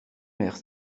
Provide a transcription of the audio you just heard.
maires